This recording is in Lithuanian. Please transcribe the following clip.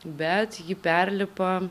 bet ji perlipa